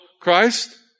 Christ